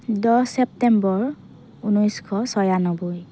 দহ ছেপ্তেম্বৰ ঊনৈছশ ছয়ানব্বৈ